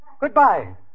Goodbye